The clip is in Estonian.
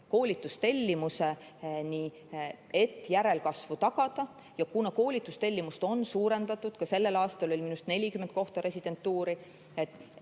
koolitustellimuseni, et järelkasvu tagada. Ja kuna koolitustellimust on suurendatud, ka sellel aastal oli minu arust 40 kohta residentuuri,